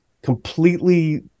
completely